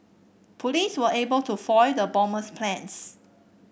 police were able to foil the bomber's plans